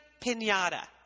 pinata